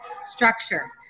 structure